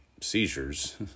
seizures